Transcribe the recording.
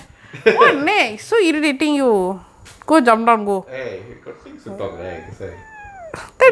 !yay! you got things to talk right is I